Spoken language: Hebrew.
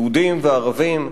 יהודים וערבים,